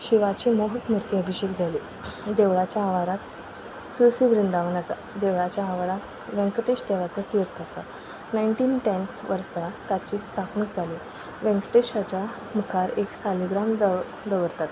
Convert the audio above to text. शिवाची मोहक मुर्ती अभिशेक जाली देवळाच्या आवारांत तुळशी वृंदावन आसा देवळाच्या आवारांत वैंकटेश देवाचो तीर्थ आसा णायंटीन टॅन वर्सा ताची स्थापणूक जाली वैंकटेशाच्या मुखार एक सालिग्राम दव दवरतात